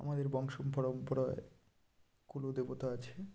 আমাদের বংশ পরম্পরায় কুলদেবতা আছে